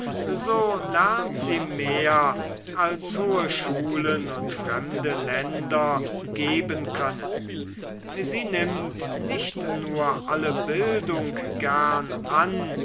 so lernt sie mehr als hohe schulen und fremde länder geben können sie nimmt nicht nur alle bildung gern an